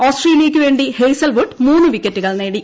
ഓസ്ട്രേലിയയ്ക്കുവേണ്ടി Hazlewood മൂന്ന് വിക്കറ്റുകൾ നേടി